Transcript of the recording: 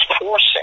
forcing